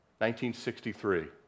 1963